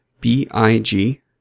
B-I-G